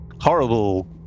horrible